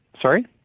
sorry